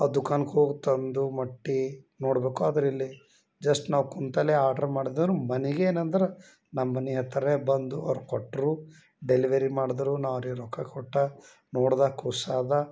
ಆ ದುಖಾನ್ಗ್ ಹೋಗಿ ತಂದು ಮೊಟ್ಟಿ ನೋಡಬೇಕು ಆದ್ರೆ ಇಲ್ಲಿ ಜಸ್ಟ್ ನಾವು ಕೂತಲ್ಲೇ ಆರ್ಡರ್ ಮಾಡ್ದರ ಮನೀಗೆ ಏನಂದ್ರೆ ನಮ್ಮ ಮನೆ ಹತ್ತಿರನೇ ಬಂದು ಅವ್ರು ಕೊಟ್ಟರು ಡೆಲಿವರಿ ಮಾಡಿದ್ರು ನಾ ಅವರಿಗೆ ರೊಕ್ಕ ಕೊಟ್ಟು ನೋಡಿದೆ ಖುಷಿ ಆದೆ